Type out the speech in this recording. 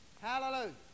hallelujah